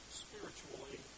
spiritually